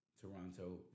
Toronto